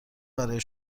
برای